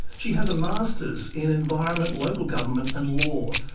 she has a masters in environment, local government and law,